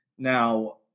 Now